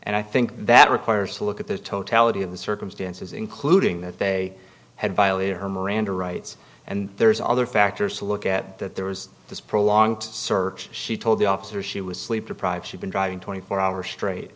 and i think that requires a look at the totality of the circumstances including that they had violated her miranda rights and there's other factors to look at that there was this prolonged search she told the officer she was sleep deprived she'd been driving twenty four hours straight